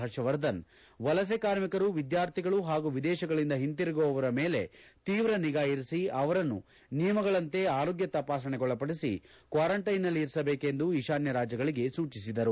ಹರ್ಷವರ್ಧನ್ ವಲಸೆ ಕಾರ್ಮಿಕರು ವಿದ್ವಾರ್ಥಿಗಳು ಹಾಗೂ ವಿದೇಶಗಳಿಂದ ಹಿಂತಿರುಗುವವರ ಮೇಲೆ ತೀವ್ರ ನಿಗಾ ಇರಿಸಿ ಅವರನ್ನು ನಿಯಮಗಳಂತೆ ಆರೋಗ್ಯ ತಪಾಸಣೆಗೊಳಪಡಿಸಿ ಕ್ವಾರಂಟೈನ್ನಲ್ಲಿ ಇರಿಸಬೇಕೆಂದು ಈತಾನ್ನ ರಾಜ್ಯಗಳಿಗೆ ಸೂಚಿಸಿದರು